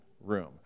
room